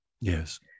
Yes